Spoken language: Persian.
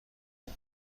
اون